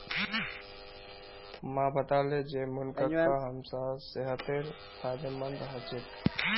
माँ बताले जे मुनक्का हमसार सेहतेर फायदेमंद ह छेक